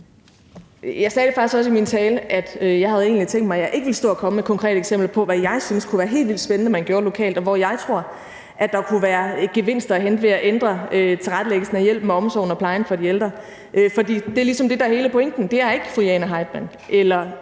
faktisk også i min tale, at jeg egentlig havde tænkt mig, at jeg ikke ville stå og komme med konkrete eksempler på, hvad jeg synes kunne være helt vildt spændende man gjorde lokalt, og hvor jeg tror der kunne være gevinster at hente ved at ændre tilrettelæggelsen af hjælpen, omsorgen og plejen for de ældre. For det er ligesom det, der er hele pointen. Det er ikke fru Jane Heitmann